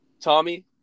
Tommy